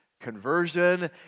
conversion